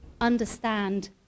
understand